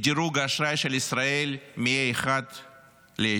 את דירוג האשראי של ישראל מ-A1 ל-A2.